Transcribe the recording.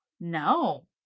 No